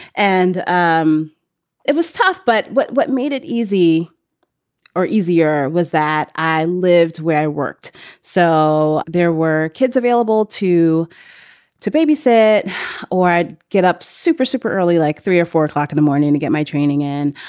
and um it was tough, but what what made it easy or easier was that i lived where i worked so there were kids available to to babysit or i'd get up super, super early, like three zero or four o'clock in the morning to get my training in.